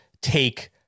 take